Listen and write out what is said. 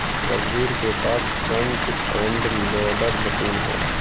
रघुवीर के पास फ्रंट एंड लोडर मशीन है